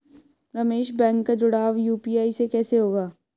Ramesh bank का जुड़ाव UPI से कैसे होगा?